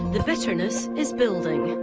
the bitterness is building.